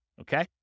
Okay